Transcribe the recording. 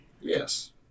Yes